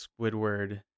Squidward